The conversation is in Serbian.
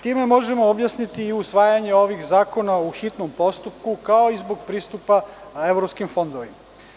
Time možemo objasniti usvajanje ovih zakona u hitnom postupku, kao i zbog pristupa evropskim fondovima.